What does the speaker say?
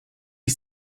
ist